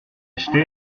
acheté